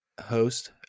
host